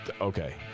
okay